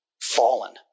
fallen